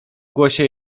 głosie